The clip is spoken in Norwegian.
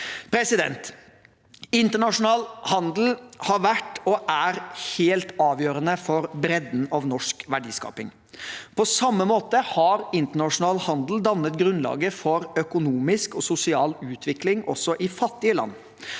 framover. Internasjonal handel har vært og er helt avgjørende for bredden i norsk verdiskaping. På samme måte har internasjonal handel dannet grunnlaget for økonomisk og sosial utvikling også i fattige land.